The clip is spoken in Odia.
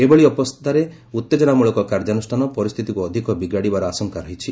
ଏଭଳି ଅବସ୍ଥାରେ ଉତ୍ତେଜନାମୂଳକ କାର୍ଯ୍ୟାନୁଷାନ ପରିସ୍ଥିତିକୁ ଅଧିକ ବିଗାଡ଼ିବାର ଆଶଙ୍କା ରହିଛି